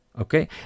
Okay